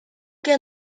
que